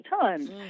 time